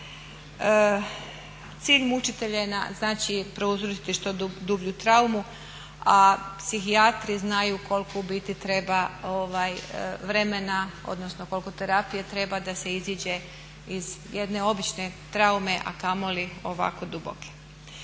Cilj mučitelja je znači prouzročiti što dublju traumu, a psihijatri znaju koliko u biti treba vremena odnosno koliko terapije treba da se iziđe iz jedne obične traume, a kamoli ovako duboke.